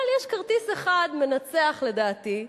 אבל יש כרטיס אחד מנצח, לדעתי,